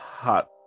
Hot